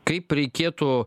kaip reikėtų